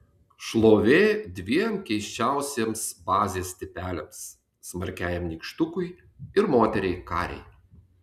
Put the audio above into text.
šlovė dviem keisčiausiems bazės tipeliams smarkiajam nykštukui ir moteriai karei